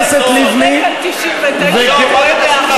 תפסיק כבר להסית נגד מפלגת העבודה.